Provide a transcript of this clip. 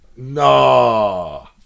No